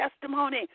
testimony